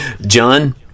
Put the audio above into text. John